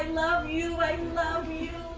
i love you! i love you,